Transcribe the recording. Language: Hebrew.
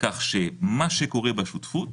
כך שמה שקורה בשותפות,